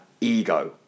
ego